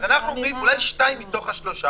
אז אנחנו אומרים אולי שניים מתוך השלושה